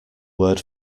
word